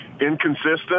Inconsistent